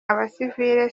abasivile